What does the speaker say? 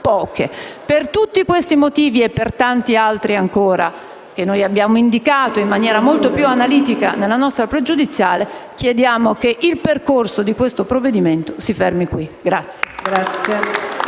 Per tutti questi motivi e per tanti altri ancora che abbiamo indicato in maniera molto più analitica nella nostra pregiudiziale, chiediamo che il percorso di questo provvedimento si fermi qui.